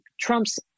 Trump's